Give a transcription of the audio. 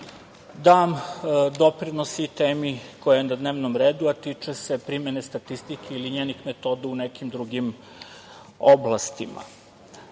dam doprinos i temi koja je na dnevnom redu, a tiče se primene statistike ili njenih metoda u nekim drugim oblastima. Na